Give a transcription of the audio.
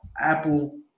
Apple